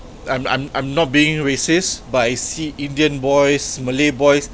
I'm I'm I'm not being racist by I see indian boys malay boys